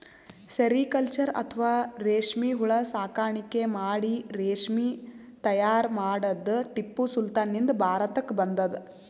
sericulture ಅಥವಾ ರೇಶ್ಮಿ ಹುಳ ಸಾಕಾಣಿಕೆ ಮಾಡಿ ರೇಶ್ಮಿ ತೈಯಾರ್ ಮಾಡದ್ದ್ ಟಿಪ್ಪು ಸುಲ್ತಾನ್ ನಿಂದ್ ಭಾರತಕ್ಕ್ ಬಂದದ್